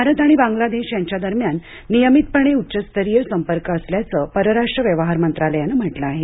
भारत आणि बंगला देश यांच्यादरम्यान नियमितपणे उच्चस्तरीय संपर्क असल्याचं परराष्ट्र व्यवहार मंत्रालयानं म्हटलं आहे